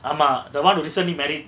ஆமா:aama the one recently married